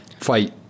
fight